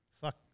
fuck